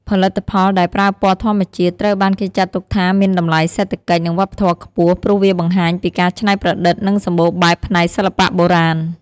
ផលិតផលដែលប្រើពណ៌ធម្មជាតិ ត្រូវបានគេចាត់ទុកថាមានតម្លៃសេដ្ឋកិច្ច និងវប្បធម៌ខ្ពស់ ព្រោះវាបង្ហាញពីការច្នៃប្រឌិត និងសម្បូរបែបផ្នែកសិល្បៈបុរាណ។